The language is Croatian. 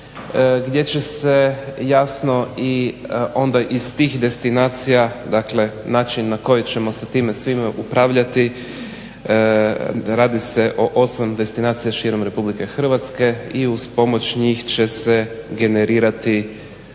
gdje će se jasno i onda iz tih destinacija dakle način na koji ćemo sa time svime upravljati radi se o osam destinacija širom RH i uz pomoć njih će se generirati